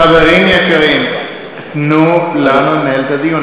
אילן, חברים יקרים, תנו לנו לנהל את הדיון.